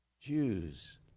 Jews